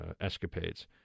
escapades